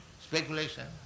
Speculation